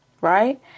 right